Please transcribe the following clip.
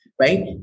right